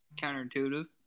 counterintuitive